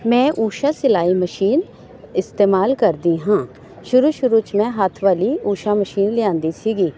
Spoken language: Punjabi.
ਮੈਂ ਊਸ਼ਾ ਸਿਲਾਈ ਮਸ਼ੀਨ ਇਸਤੇਮਾਲ ਕਰਦੀ ਹਾਂ ਸ਼ੁਰੂ ਸ਼ੁਰੂ 'ਚ ਮੈਂ ਹੱਥ ਵਾਲੀ ਊਸ਼ਾ ਮਸ਼ੀਨ ਲਿਆਉਂਦੀ ਸੀਗੀ